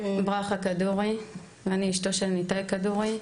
אני אשתו של ניתאי כדורי.